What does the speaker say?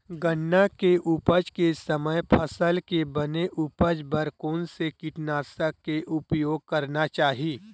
गन्ना के उपज के समय फसल के बने उपज बर कोन से कीटनाशक के उपयोग करना चाहि?